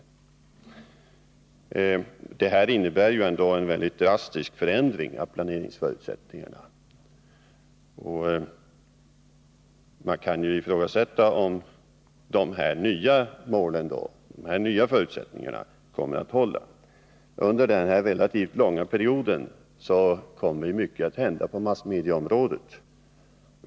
Men det här innebär ändå en drastisk förändring av planeringsförutsättningarna, och man kan ifrågasätta om de nya förutsättningarna kommer att hålla. Under denna relativt långa period kommer mycket att hända på massmediaområdet.